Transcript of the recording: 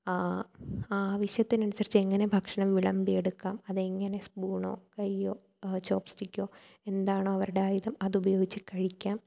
ആവശ്യത്തിനനുസരിച്ച് എങ്ങനെ ഭക്ഷണം വിളമ്പിയെടുക്കാം അതെങ്ങനെ സ്പൂണോ കയ്യോ ചോപ്സ് സ്റ്റിക്കോ എന്താണോ അവരുടെ ആയുധം അതുപയോഗിച്ച് കഴിക്കാം